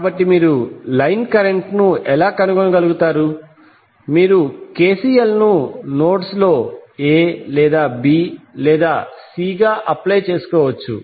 కాబట్టి మీరు line current ను ఎలా కనుగొనగలుగుతారు మీరు KCL ను నోడ్స్లో A లేదా B లేదా C గా అప్లై చేసుకోవచ్చు